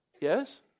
Yes